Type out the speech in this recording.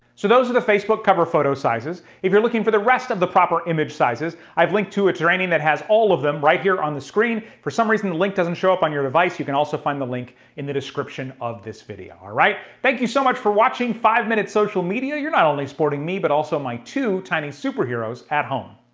so those are the facebook cover photo sizes. if you're looking for the rest of the proper image sizes, i've linked to a training that has all of them right here on the screen. if for some reason the link doesn't show up on your device, you can also find the link in the description of this video. all right, thank you so much for watching five minute social media. you're not only supporting me but also my two tiny superheroes at home.